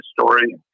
story